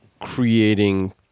creating